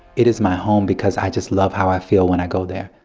it is my home because i just love how i feel when i go there